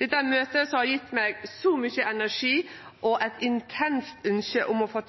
Dette er møte som har gjeve meg så mykje energi og eit intenst ønskje om å